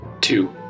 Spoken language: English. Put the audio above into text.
two